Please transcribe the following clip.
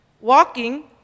walking